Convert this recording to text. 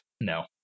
No